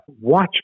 Watch